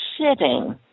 sitting